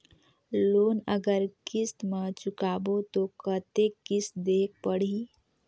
Loan अगर किस्त म चुकाबो तो कतेक किस्त देहेक पढ़ही?